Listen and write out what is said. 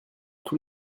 tous